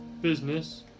business